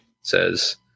says